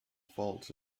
faults